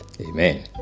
Amen